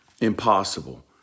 impossible